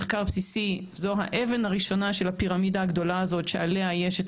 מחקר בסיסי זו האבן הראשונה של הפירמידה הגדולה הזאת שעליה יש את